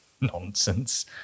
nonsense